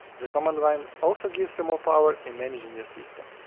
the command line also gives you more power in managing your system.